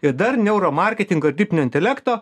ir dar niauro marketingo ir dirbtinio intelekto